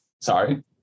Sorry